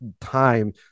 time